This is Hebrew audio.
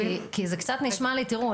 כי זה קצת נשמע לי תראו,